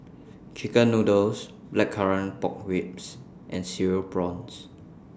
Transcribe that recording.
Chicken Noodles Blackcurrant Pork Ribs and Cereal Prawns